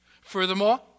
Furthermore